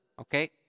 Okay